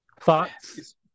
Thoughts